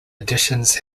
editions